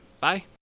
Bye